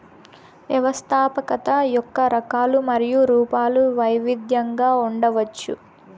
వ్యవస్థాపకత యొక్క రకాలు మరియు రూపాలు వైవిధ్యంగా ఉండవచ్చు